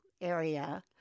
area